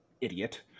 idiot